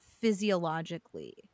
physiologically